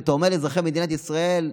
שאתה אומר לאזרחי מדינת ישראל: